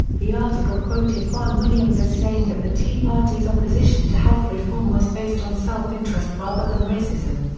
the article quoted juan williams as saying that the tea party's opposition to health reform was based on self-interest rather than racism.